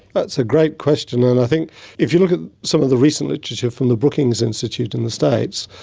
that's a great question. and i think if you look at some of the recent literature from the brookings institute in the states,